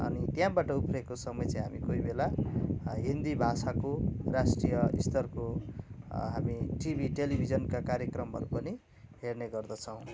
अनि त्यहाँबाट उब्रिएको समय चाहिँ हामी कोही बेला हिन्दी भाषाको राष्ट्रीय स्तरको हामी टिभी टेलिभिजनका कार्यक्रमहरू पनि हेर्ने गर्दछौ